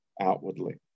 Outwardly